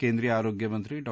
केंद्रीय आरोग्यमंत्री डॉ